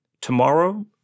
tomorrow